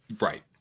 Right